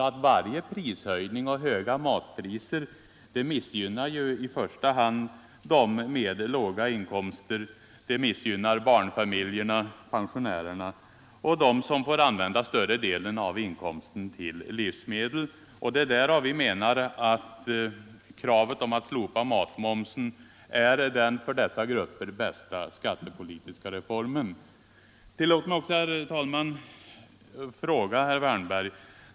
Alla prishöjningar och höga matpriser missgynnar i första hand människor med låga inkomster, barnfamiljer och pensionärer — alla dem som får använda större delen av inkomsterna till livsmedel. Ett slopande av matmomsen menar vi därför är den för dessa grupper bästa skattepolitiska reformen.